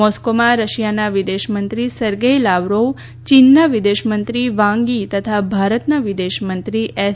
મોસ્કોમાં રશિયનાં વિદેશમંત્રી Sergei Lavrov ચીનનાં વિદેશમંત્રી વાંગ થી તથા ભારતનાં વિદેશમંત્રી એસ